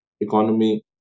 economy